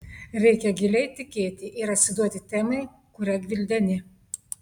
reikia giliai tikėti ir atsiduoti temai kurią gvildeni